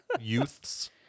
youths